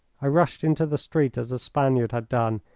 i rushed into the street as the spaniard had done,